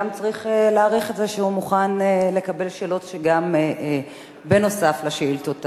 צריך גם להעריך את זה שהוא מוכן לקבל שאלות נוסף על השאילתות הדחופות.